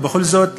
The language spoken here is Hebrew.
אבל בכל זאת,